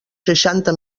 seixanta